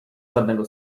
żadnego